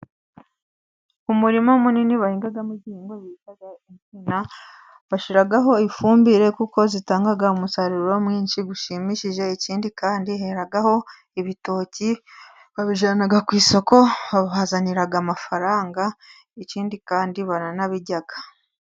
Umurima munini bahingamo ibihingwa bita insina, bashyiraho ifumbire kuko zitanga umusaruro mwinshi ushimishije, ikindi kandi heraho ibitoki, babijyana ku isoko, bahazaniraga amafaranga, ikindi kandi baranabirya.